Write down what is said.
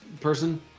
person